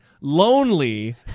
lonely